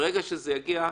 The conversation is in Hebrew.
ברגע שזה יגיע,